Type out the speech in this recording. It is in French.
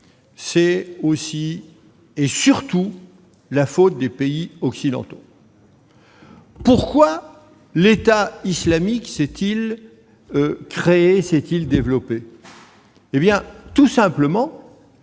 C'est aussi et surtout la faute des pays occidentaux. Pourquoi l'État islamique est-il apparu et s'est-il développé ?